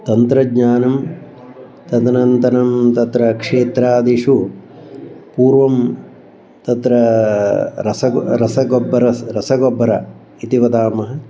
तन्त्रज्ञानं तदनन्तरं तत्र क्षेत्रादिषु पूर्वं तत्र रसगो रसगोब्बर रसगोब्बर इति वदामः